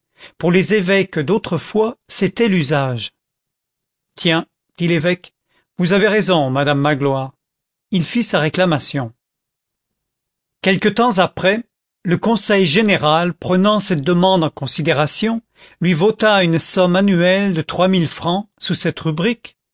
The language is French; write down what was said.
pour les évêques d'autrefois c'était l'usage tiens dit l'évêque vous avez raison madame magloire il fit sa réclamation quelque temps après le conseil général prenant cette demande en considération lui vota une somme annuelle de trois mille francs sous cette rubrique